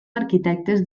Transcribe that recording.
arquitectes